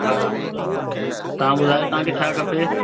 हा तव्हां ॿुधायो तव्हांखे छा खपे